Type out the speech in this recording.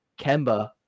Kemba